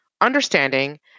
understanding